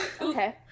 Okay